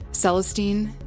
celestine